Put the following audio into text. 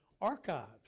archives